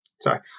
Sorry